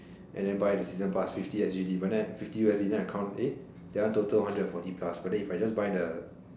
and then buy the season pass fifty S_G_D but then fifty U_S_D that one total hundred forty plus but then if I just buy the